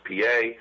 PA